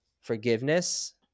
forgiveness